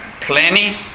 plenty